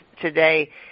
today